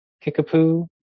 Kickapoo